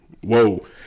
whoa